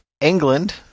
England